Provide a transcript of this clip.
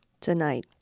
Tonight